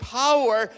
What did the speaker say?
power